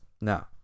now